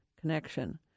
connection